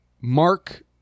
Mark